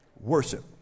worship